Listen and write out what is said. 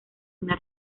una